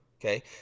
okay